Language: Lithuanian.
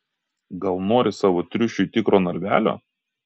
gal nori savo triušiui tikro narvelio